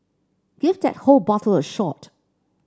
give that whole bottle a shot